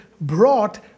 brought